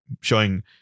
showing